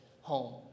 home